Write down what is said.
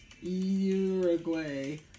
Uruguay